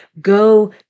go